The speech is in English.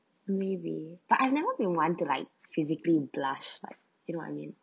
maybe but I've never been want to like physically blush like you know what I mean